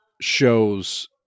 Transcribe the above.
shows